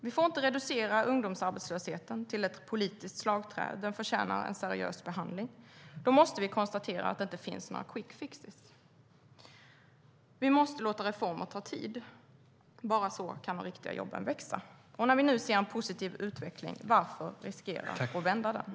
Vi får inte reducera ungdomsarbetslösheten till ett politiskt slagträ. Den förtjänar en seriös behandling. Då måste vi konstatera att det inte finns några quick fixes. Vi måste låta reformer ta tid; bara så kan de riktiga jobben växa. När vi nu ser en positiv utveckling - varför riskera att vända den?